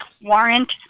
warrant